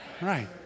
Right